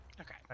Okay